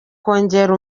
kongera